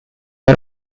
are